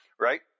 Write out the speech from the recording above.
Right